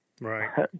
Right